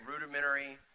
rudimentary